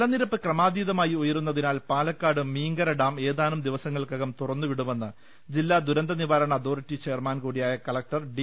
ജലനിരപ്പ് ക്രമാതീതമായി ഉയരുന്നതിനാൽ പാലക്കാട് മീങ്കര ഡാം ഏതാനും ദിവസങ്ങൾക്കകം തുറന്നു വിടുമെന്ന് ജില്ലാ ദുരന്തനിവാരണ അതോറിറ്റി ചെയർമാൻ കൂടിയായ കലക്ടർ ഡി